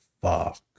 fuck